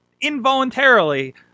involuntarily